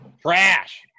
Trash